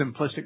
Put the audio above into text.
simplistic